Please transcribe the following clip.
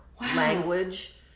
language